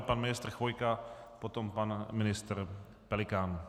Pan ministr Chvojka, potom pan ministr Pelikán.